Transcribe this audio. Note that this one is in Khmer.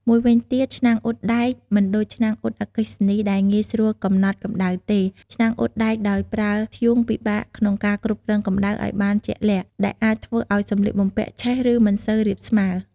មួយវិញទៀត ឆ្នាំងអ៊ុតដែក មិនដូចឆ្នាំងអ៊ុតអគ្គិសនីដែលងាយស្រួលកំណត់កម្ដៅទេ ឆ្នាំងអ៊ុតដែកដោយប្រើធ្យូងពិបាកក្នុងការគ្រប់គ្រងកម្ដៅឱ្យបានជាក់លាក់ ដែលអាចធ្វើឱ្យសម្លៀកបំពាក់ឆេះ ឬមិនសូវរាបស្មើ។